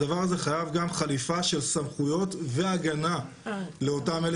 הדבר הזה חייב גם חליפה של סמכויות והגנה לאותם אלה